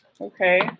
Okay